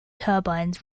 turbine